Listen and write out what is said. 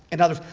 in other